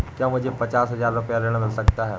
क्या मुझे पचास हजार रूपए ऋण मिल सकता है?